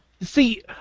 see